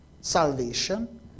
salvation